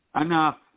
Enough